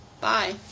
Bye